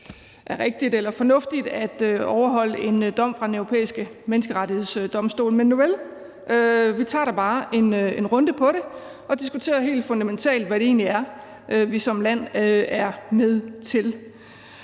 er rigtigt eller fornuftigt at overholde en dom fra Den Europæiske Menneskerettighedsdomstol. Men nuvel, vi tager da bare en runde og diskuterer, hvad det helt fundamentalt egentlig er, vi som land er med til.